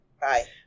Bye